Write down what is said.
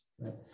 right